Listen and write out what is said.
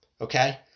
okay